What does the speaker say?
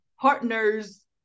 partners